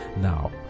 Now